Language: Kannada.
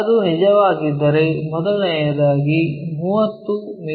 ಅದು ನಿಜವಾಗಿದ್ದರೆ ಮೊದಲನೆಯದಾಗಿ 30 ಮಿ